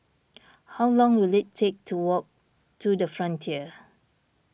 how long will it take to walk to the Frontier